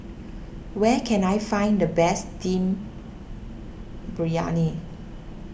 where can I find the best Dum Briyani